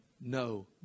No